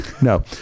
No